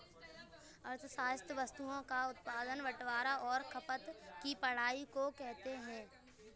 अर्थशास्त्र वस्तुओं का उत्पादन बटवारां और खपत की पढ़ाई को कहते हैं